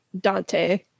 Dante